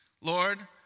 Lord